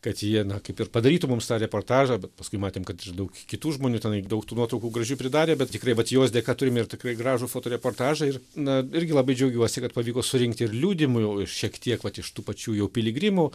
kad ji na kaip ir padarytų mums tą reportažą bet paskui matėm kad iš daug kitų žmonių tenai daug tų nuotraukų gražių pridarė bet tikrai vat jos dėka turime ir tikrai gražų fotoreportažą ir na irgi labai džiaugiuosi kad pavyko surinkti ir liudijimui jau ir šiek tiek vat iš tų pačių jau piligrimų